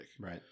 right